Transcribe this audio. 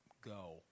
go